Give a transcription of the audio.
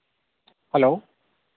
hello